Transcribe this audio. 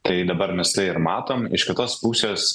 tai dabar mes tai ir matom iš kitos pusės